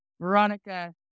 Veronica